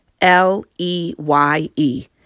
L-E-Y-E